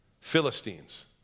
Philistines